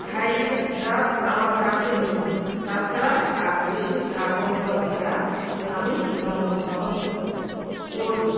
hybrid জাত আমার কাছে নেই তাছাড়া আর বেশি ছাগল বা ভেড়া আমি লালন পালন করি